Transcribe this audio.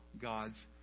God's